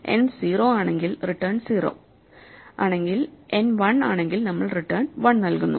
n 0 ആണെങ്കിൽ return 0 ആണെങ്കിൽ n 1 ആണെങ്കിൽ നമ്മൾ റിട്ടേൺ 1 നൽകുന്നു